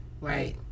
Right